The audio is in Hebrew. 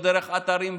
דרך אתרים,